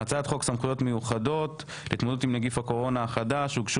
ולהצעת חוק סמכויות מיוחדות להתמודדות עם נגיף הקורונה החדש הוגשו